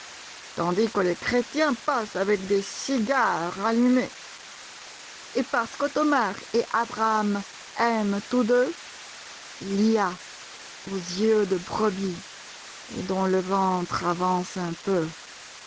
tandis que les chrétiens passent avec des cigares allumés et parce qu'ottomar et abraham aiment tous deux lia aux yeux de brebis et dont le ventre avance un peu